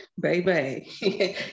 baby